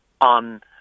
on